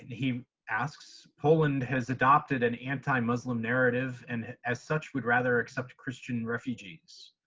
he asks, poland has adopted an anti-muslim narrative, and as such would rather accept christian refugees.